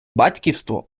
батьківство